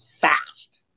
fast